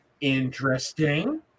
Interesting